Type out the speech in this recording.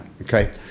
Okay